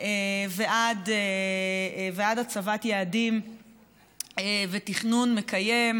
ועד הצבת יעדים ותכנון מקיים,